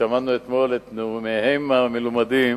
שמענו אתמול את נאומיהם המלומדים